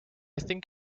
think